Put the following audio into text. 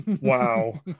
wow